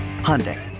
Hyundai